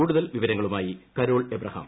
കൂടുതൽ വിവരങ്ങളുമായി Carol Abraham